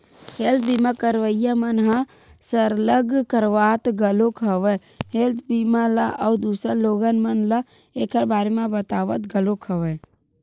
health बीमा करवइया मन ह सरलग करवात घलोक हवय हेल्थ बीमा ल अउ दूसर लोगन मन ल ऐखर बारे म बतावत घलोक हवय